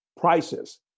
prices